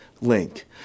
link